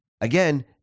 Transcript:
Again